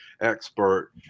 expert